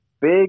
big